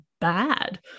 bad